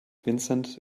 vincent